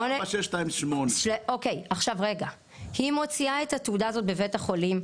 4628. היא מוציאה את התעודה הזאת בבית החולים,